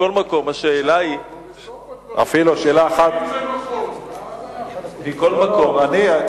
מכל מקום, השאלה היא, בסוף הדברים.